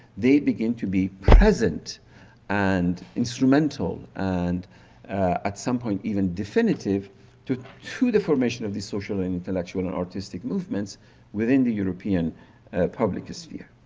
they begin to be present and instrumental and at some point, definitive to to the formation of the social, intellectual and artistic movements within the european public sphere.